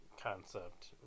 concept